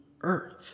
earth